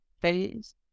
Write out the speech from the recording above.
phase